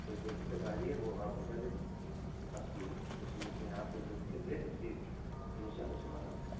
वो जो दिक्कत आ रही है वो आप बता देना आपकी उसमें क्या है आपकी जो दिक्कत है उसकी समस्या का समाधान करेंगे